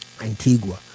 Antigua